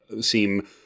seem